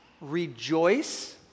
rejoice